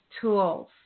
tools